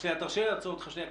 אעצור אותך לרגע,